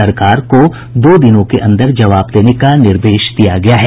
सरकार को दो दिनों के अंदर जबाव देने का निर्देश दिया गया है